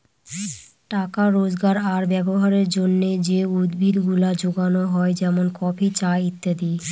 টাকা রোজগার আর ব্যবহারের জন্যে যে উদ্ভিদ গুলা যোগানো হয় যেমন কফি, চা ইত্যাদি